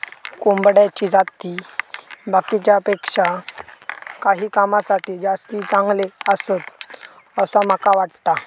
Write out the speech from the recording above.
कोंबड्याची जाती बाकीच्यांपेक्षा काही कामांसाठी जास्ती चांगले आसत, असा माका वाटता